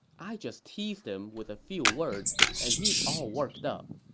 i just teased him with a few words, and he's all worked up.